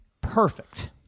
Perfect